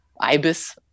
IBIS